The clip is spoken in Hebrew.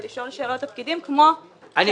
לשאול שאלות את הפקידים כמו שאני אמורה לעשות.